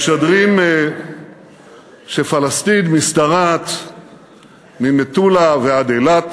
משדרים שפלסטין משתרעת ממטולה ועד אילת